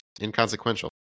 inconsequential